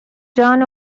جان